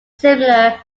similar